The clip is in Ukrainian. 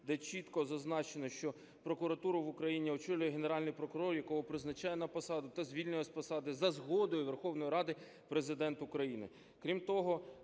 де чітко зазначено, що прокуратуру в Україні очолює Генеральний прокурор, якого призначає на посаду та звільняє з посади за згодою Верховної Ради Президент України.